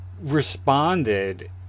responded